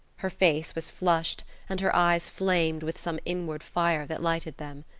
her face was flushed and her eyes flamed with some inward fire that lighted them.